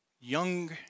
young